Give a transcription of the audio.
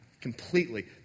completely